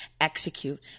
execute